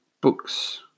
books